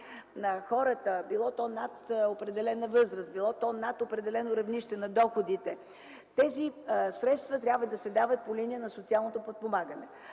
на хората – било над определена възраст, било над определено равнище на доходите, тези средства трябва да се дават по линия на социалното подпомагане.